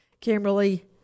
Kimberly